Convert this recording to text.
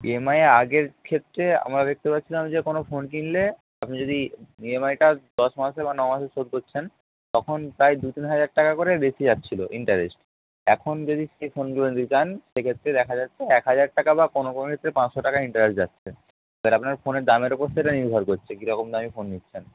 EMI এ আগের ক্ষেত্রে আমরা দেখতে পাচ্ছিলাম যে কোনো ফোন কিনলে আপনি যদি ই এম আইটা দশ মাসে বা ন মাসে শোধ করছেন তখন প্রায় দু তিন হাজার টাকা করে বেশি যাছিলো ইন্টারেস্ট এখন যদি সেই ফোনগুলো নিতে চান সে ক্ষেত্রে দেখা যাচ্ছে এক হাজার টাকা বা কোনো কোনো ক্ষেত্রে পাঁচশো টাকা ইন্টারেস্ট যাচ্ছে সেটা আপনার ফোনের দামের ওপর সেটা নির্ভর করছে কীরকম দামি ফোন নিচ্ছেন